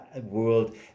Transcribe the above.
world